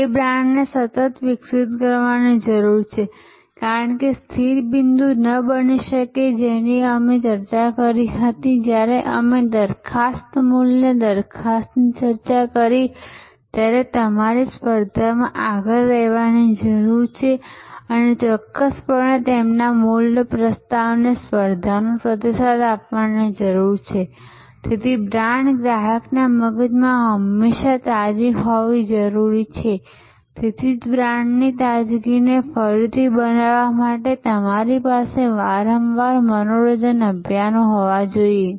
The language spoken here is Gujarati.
તે બ્રાંડને સતત વિકસિત કરવાની જરૂર છે કારણ કે તે સ્થિર બિંદુ ન બની શકે જેની અમે ચર્ચા કરી હતી જ્યારે અમે દરખાસ્ત મૂલ્ય દરખાસ્તની ચર્ચા કરી હતી કે તમારે તમારી સ્પર્ધામાં આગળ રહેવાની જરૂર છે અને ચોક્કસપણે તેમના મૂલ્ય પ્રસ્તાવને સ્પર્ધાનો પ્રતિસાદ આપવાની જરૂર છે તેથી બ્રાન્ડ ગ્રાહકના મગજમાં હંમેશા તાજી હોવી જરૂરી છેતેથી જ બ્રાન્ડ્સની તાજગીને ફરીથી બનાવવા માટે તમારી પાસે વારંવાર મનોરંજન અભિયાનો હોવા જોઈએ